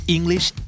English